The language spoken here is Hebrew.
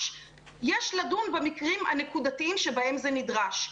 יש לדון במקרים הנקודתיים שבהם זה נדרש.